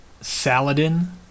Saladin